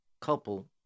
couple